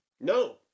No